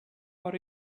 what